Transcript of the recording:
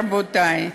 רבותי.